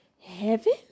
heaven